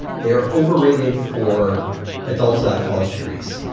they're overrated for adults without college degrees.